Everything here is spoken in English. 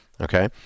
Okay